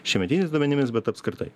šiametiniais duomenimis bet apskritai